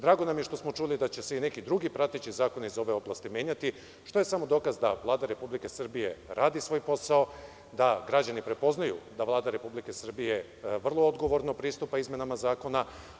Drago nam je što smo čuli da će se i neki drugi prateći zakoni iz ove oblasti menjati što je samo dokaz da Vlada Republike Srbije radi svoj posao, da građani prepoznaju da Vlada Republike Srbije vrlo odgovorno pristupa izmenama zakona.